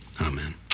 Amen